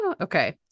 Okay